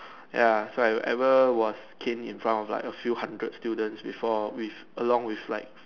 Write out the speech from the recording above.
ya so I ever was caned in front of like a few hundred students before with along with like